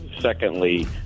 Secondly